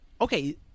okay